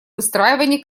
выстраивания